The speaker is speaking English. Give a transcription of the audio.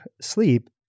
sleep